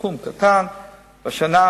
סכום קטן השנה,